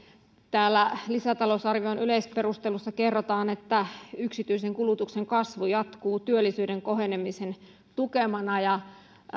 täällä lisäta lousarvion yleisperusteluissa kerrotaan että yksityisen kulutuksen kasvu jatkuu työllisyyden kohenemisen tukemana